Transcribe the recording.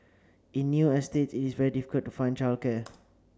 in new estates it is very difficult to find childcare